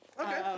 Okay